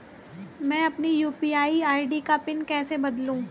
मैं अपनी UPI ID का पिन कैसे बदलूं?